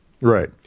right